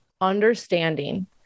understanding